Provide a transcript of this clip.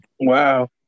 Wow